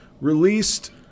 released